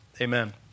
Amen